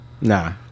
Nah